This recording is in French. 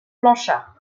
blanchard